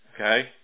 okay